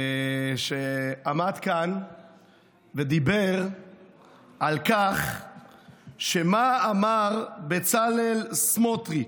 שעמד כאן ודיבר על מה שאמר בצלאל סמוטריץ'.